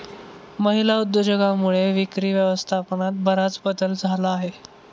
महिला उद्योजकांमुळे विक्री व्यवस्थापनात बराच बदल झाला आहे